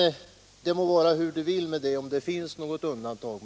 Det må vara hur det vill med detta — om det finns något undantag.